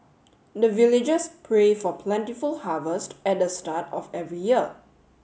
the villagers pray for plentiful harvest at the start of every year